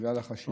בגלל החשיבות.